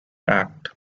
act